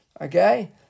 okay